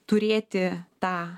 turėti tą